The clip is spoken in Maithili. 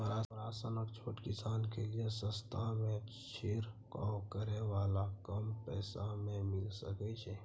हमरा सनक छोट किसान के लिए सस्ता में छिरकाव करै वाला कम पैसा में मिल सकै छै?